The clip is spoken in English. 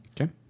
Okay